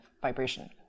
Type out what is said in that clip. vibration